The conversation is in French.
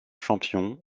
champion